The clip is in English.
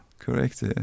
correct